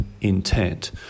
intent